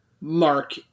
Mark